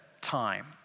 time